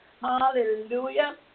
Hallelujah